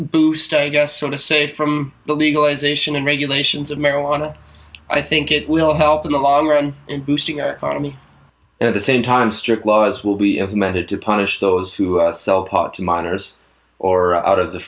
boost a guest so to say from the legalization and regulations of marijuana i think it will help in the long run in boosting our economy at the same time strict laws will be of method to punish those who sell pot to minors or out of the